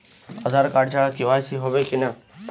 আধার card ছাড়া KYC হবে কিনা?